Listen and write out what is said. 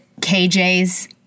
KJ's